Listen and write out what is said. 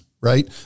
Right